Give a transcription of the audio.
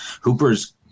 Hoopers